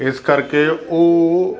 ਇਸ ਕਰਕੇ ਉਹ